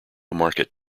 market